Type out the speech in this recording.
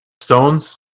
stones